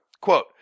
Quote